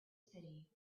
city